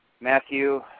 Matthew